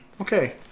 Okay